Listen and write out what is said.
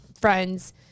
friends